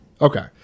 Okay